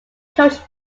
coaching